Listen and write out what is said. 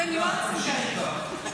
זה ניואנסים כאלה.